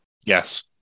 Yes